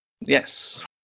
Yes